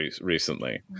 recently